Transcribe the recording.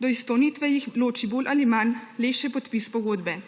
do izpolnitve jih loči bolj ali manj le še podpis pogodbe.